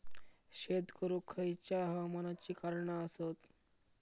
शेत करुक खयच्या हवामानाची कारणा आसत?